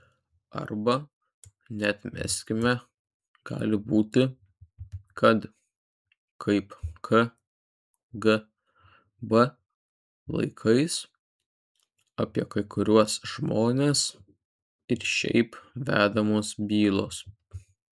arba neatmeskime gali būti kad kaip kgb laikais apie kai kuriuos žmones ir šiaip vedamos bylos